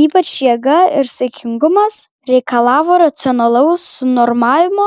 ypač jėga ir saikingumas reikalavo racionalaus sunormavimo